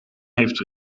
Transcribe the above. heeft